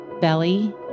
belly